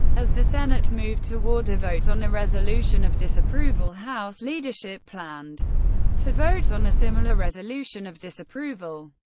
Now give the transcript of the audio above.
as the senate moved toward a vote on a resolution of disapproval, house leadership planned to vote on a similar resolution of disapproval.